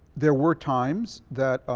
there were times that